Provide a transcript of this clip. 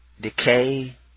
decay